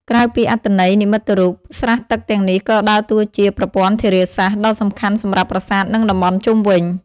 ក្រៅពីអត្ថន័យនិមិត្តរូប ស្រះទឹកទាំងនេះក៏ដើរតួជា ប្រព័ន្ធធារាសាស្ត្រ ដ៏សំខាន់សម្រាប់ប្រាសាទនិងតំបន់ជុំវិញ។